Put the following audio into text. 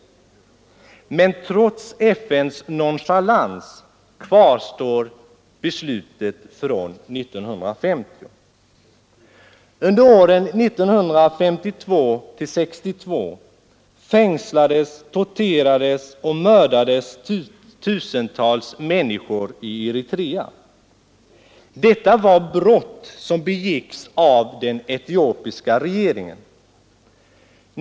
Men trots FN:s nonchalans kvarstår beslutet från 1950. Under åren 1952—1962 fängslades, torterades och mördades tusentals människor i Eritrea. Detta var brott som begicks av den etiopiska regeringen.